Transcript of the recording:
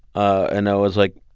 and i was like,